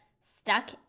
stuck